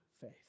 faith